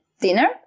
dinner